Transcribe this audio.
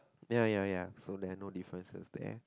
ya ya ya so there are no differences there